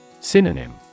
Synonym